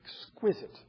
exquisite